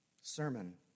sermon